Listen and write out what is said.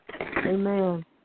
Amen